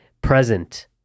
present